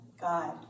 God